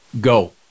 go